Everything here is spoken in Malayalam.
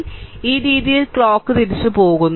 ഈ രീതിയിൽ ക്ലോക്ക് തിരിച്ച് പോകുന്നു